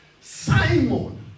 Simon